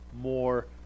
more